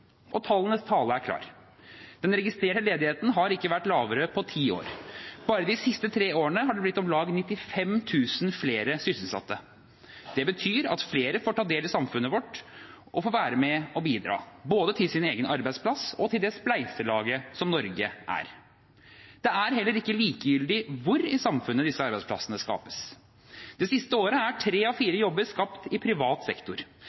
opp. Tallenes tale er klar: Den registrerte ledigheten har ikke vært lavere på ti år. Bare de siste tre årene har det blitt om lag 95 000 flere sysselsatte. Det betyr at flere får ta del i samfunnet vårt og være med og bidra – både til sin egen arbeidsplass og til det spleiselaget som Norge er. Det er heller ikke likegyldig hvor i samfunnet disse arbeidsplassene skapes. Det siste året er tre av fire jobber skapt i privat sektor.